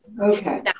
Okay